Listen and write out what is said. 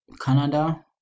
canada